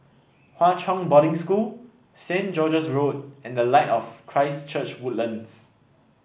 Hwa Chong Boarding School Saint George's Road and the Light of Christ Church Woodlands